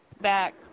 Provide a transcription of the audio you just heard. back